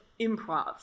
improv